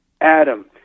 Adam